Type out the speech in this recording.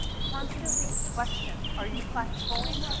constantly question are you plateauing,